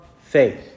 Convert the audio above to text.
faith